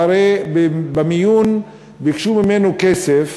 במיון ביקשו ממנו כסף